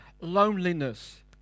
loneliness